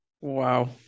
Wow